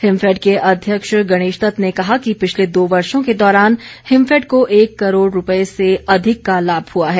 हिमफैड के अध्यक्ष गणेश दत्त ने कहा कि पिछले दो वर्षों के दौरान हिमफैड को एक करोड़ रूपए से अधिक का लाभ हुआ है